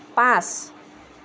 পাঁচ